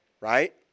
right